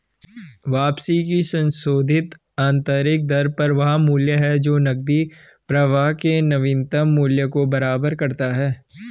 वापसी की संशोधित आंतरिक दर वह मूल्य है जो नकदी प्रवाह के नवीनतम मूल्य को बराबर करता है